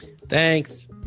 Thanks